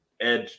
edge